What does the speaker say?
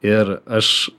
ir aš